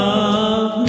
Love